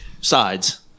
sides